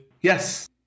Yes